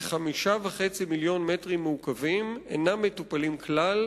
כ-5.5 מיליוני מטרים מעוקבים אינם מטופלים כלל